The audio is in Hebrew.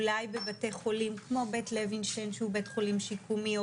אולי בבתי חולים כמו בית לוינשטיין שהוא בית חולים שיקומי או